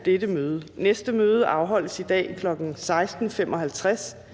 fra formanden Fjerde